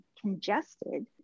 congested